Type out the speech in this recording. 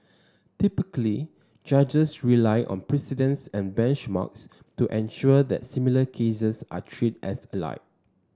typically judges rely on precedents and benchmarks to ensure that similar cases are treated as alike